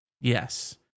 Yes